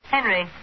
Henry